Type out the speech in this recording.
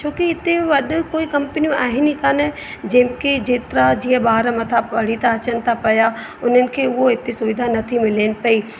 छोकी हिते वध कोई कंपनियूं आहिनि ई कोन जिन खे जेतिरा जीअं ॿार मथा पढ़ी था अचनि था पिया उन्हनि खे उहो हिते सुविधा नथी मिलनि पई